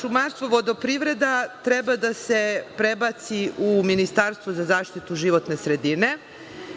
šumarstvo, vodoprivreda treba da se prebaci u ministarstvo za zaštitu životne sredine.